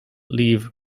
leave